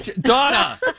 Donna